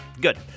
Good